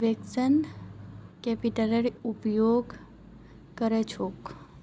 fixed कैपितलेर प्रयोग कर छेक